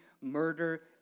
murder